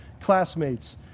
classmates